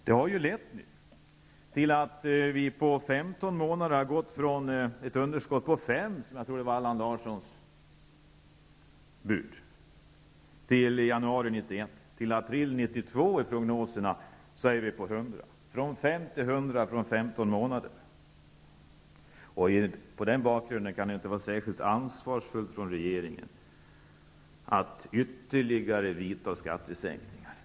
Detta har nu lett till att vi på 15 månader har gått från ett underskott på 5 miljarder, som jag tror var Allan Larssons bud, i januari 1991 till att i april 1992 enligt prognoserna ha ett underskott på 100 miljarder. Vi gått från 5 miljarder till 100 miljarder på 15 månader. Mot den bakgrunden kan det inte vara särskilt ansvarsfullt av regeringen att vidta ytterligare skattesänkningar.